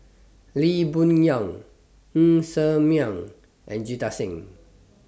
Lee Boon Yang Ng Ser Miang and Jita Singh